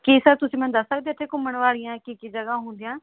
ਕੀ sir ਤੁਸੀਂ ਮੈਨੂੰ ਦੱਸ ਸਕਦੇ ਹੋ ਇੱਥੇ ਘੁੰਮਣ ਵਾਲੀਆਂ ਕੀ ਕੀ ਜਗ੍ਹਾ ਹੁੰਦੀਆਂ